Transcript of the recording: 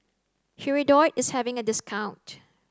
Hirudoid is having a discount